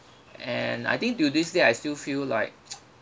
and I think till this day I still feel like